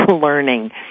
learning